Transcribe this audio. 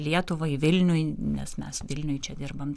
lietuvai vilniui nes mes vilniuj čia dirbame